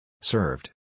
Served